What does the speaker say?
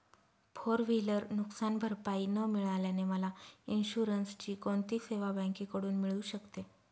Four wheeler नुकसानभरपाई न मिळाल्याने मला इन्शुरन्सची कोणती सेवा बँकेकडून मिळू शकते?